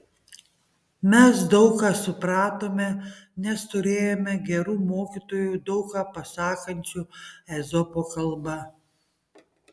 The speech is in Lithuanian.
mes daug ką supratome nes turėjome gerų mokytojų daug ką pasakančių ezopo kalba